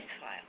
file